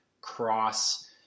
cross